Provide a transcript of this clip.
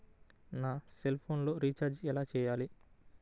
నా సెల్ఫోన్కు రీచార్జ్ ఎలా చేయాలి?